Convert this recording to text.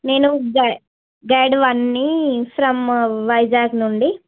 నేను గ గైడ్ వన్ని ఫ్రమ్ వైజాగ్ నుండి